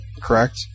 correct